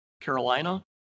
Carolina